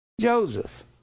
Joseph